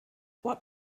what